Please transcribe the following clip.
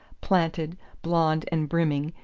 planted, blond and brimming,